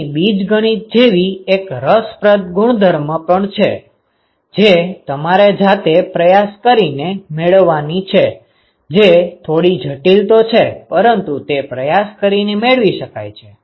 અહીં બીજગણિત જેવી એક રસપ્રદ ગુણધર્મ પણ છે જે તમારે જાતે પ્રયાસ કરીને મેળવવાની છે જે થોડી જટિલ તો છે પરંતુ તે પ્રયાસ કરીને મેળવવી શક્ય છે